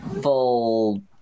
full